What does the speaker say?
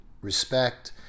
respect